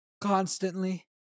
constantly